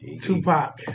Tupac